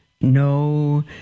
no